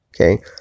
okay